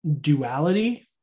duality